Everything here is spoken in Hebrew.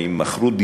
מכרו דירות